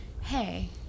hey